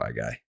guy